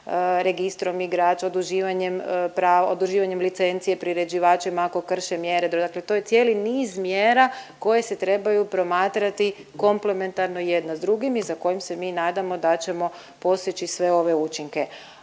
registrom igrača, oduživanjem licenci priređivačima ako krše mjere dodatno to je cijeli niz mjera koje se trebaju promatrati komplementarno jedno s drugim i sa kojim se mi nadamo da ćemo postići sve ove učinke.